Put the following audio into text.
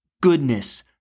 goodness